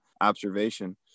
observation